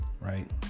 right